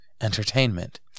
entertainment